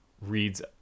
reads